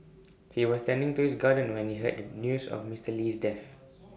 he was tending to his garden when he heard the news of Mister Lee's death